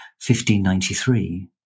1593